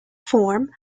form